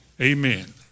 Amen